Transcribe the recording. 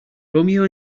romeo